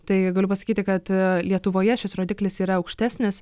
tai galiu pasakyti kad lietuvoje šis rodiklis yra aukštesnis